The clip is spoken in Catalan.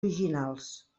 originals